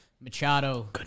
Machado